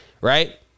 right